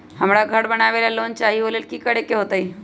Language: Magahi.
हमरा घर बनाबे ला लोन चाहि ओ लेल की की करे के होतई?